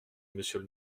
monsieur